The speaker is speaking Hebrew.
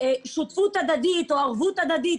שותפות הדדית או ערבות הדדית,